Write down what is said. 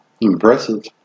Impressive